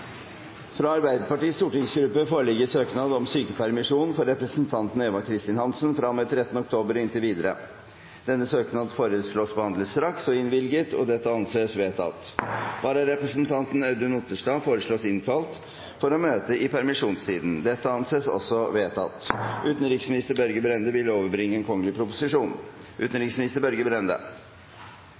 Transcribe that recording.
Fra Arbeiderpartiets stortingsgruppe foreligger søknad om sykepermisjon for representanten Eva Kristin Hansen fra og med 13. oktober og inntil videre. Etter forslag fra presidenten ble enstemmig besluttet: Søknaden behandles straks og innvilges. Vararepresentanten Audun Otterstad innkalles for å møte i permisjonstiden.